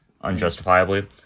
unjustifiably